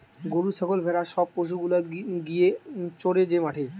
গরু ছাগল ভেড়া সব পশু গুলা গিয়ে চরে যে মাঠে